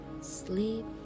Sleep